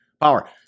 Power